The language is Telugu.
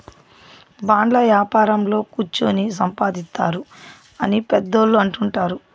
బాండ్ల యాపారంలో కుచ్చోని సంపాదిత్తారు అని పెద్దోళ్ళు అంటుంటారు